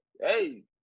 Hey